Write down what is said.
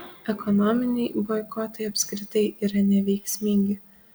ekonominiai boikotai apskritai yra neveiksmingi